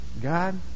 God